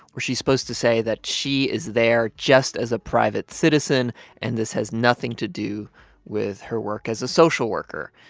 where she's supposed to say that she is there just as a private citizen and this has nothing to do with her work as a social worker.